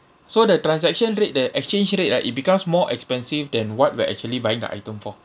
so the transaction rate the exchange rate right it becomes more expensive than what we're actually buying the item for